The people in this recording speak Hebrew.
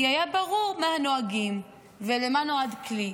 כי היה ברור מה הנהגים ולמה נועד כלי.